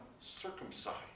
circumcised